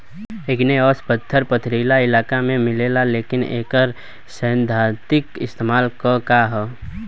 Igneous पत्थर पथरीली इलाका में मिलेला लेकिन एकर सैद्धांतिक इस्तेमाल का ह?